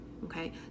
Okay